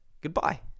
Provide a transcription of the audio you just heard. goodbye